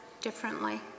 differently